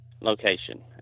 location